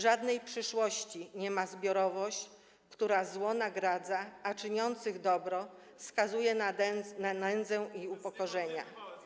Żadnej przyszłości nie ma zbiorowość, która zło nagradza, a czyniących dobro skazuje na nędzę i upokorzenie.